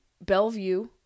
Bellevue